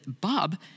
Bob